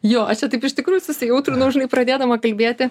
jo aš čia taip iš tikrųjų įsijautrinau žinai pradėdama kalbėti